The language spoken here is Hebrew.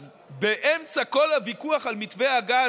אז באמצע כל הוויכוח על מתווה הגז,